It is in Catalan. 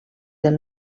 del